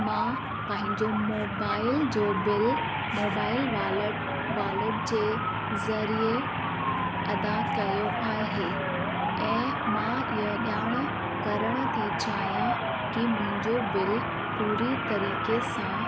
मां पंहिंजो मोबाइल जो बिल मोबाइल वालट वॉलेट जे ज़रिए अदा कयो आहे ऐं मां ईअं ॼाण करणु थी चाहियां की मुंहिंजो बिल पूरी तरीक़े सां